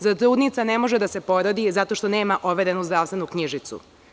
Zar trudnica ne može da se porodi zato što nema overenu zdravstvenu knjižicu?